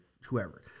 whoever